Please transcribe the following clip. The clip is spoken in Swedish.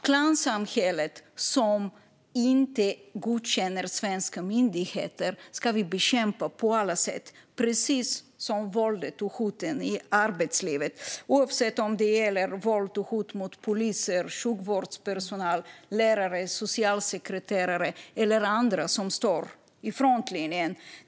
Klansamhället, som inte godkänner svenska myndigheter, ska vi bekämpa på alla sätt, precis som våldet och hoten i arbetslivet oavsett om det riktas mot poliser, sjukvårdspersonal, lärare, socialsekreterare eller andra som står i frontlinjen.